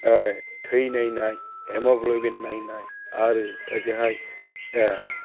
थै नायनाय हेमग्ल'बिन नायनाय आरो ओजोंहाय